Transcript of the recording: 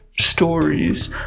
stories